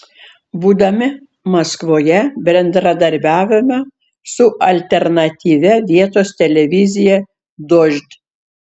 būdami maskvoje bendradarbiavome su alternatyvia vietos televizija dožd